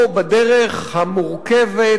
הלכו פה בדרך המורכבת,